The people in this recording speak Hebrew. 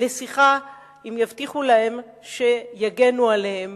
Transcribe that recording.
לשיחה אם יבטיחו להן שיגנו עליהן.